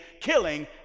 killing